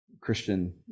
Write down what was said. Christian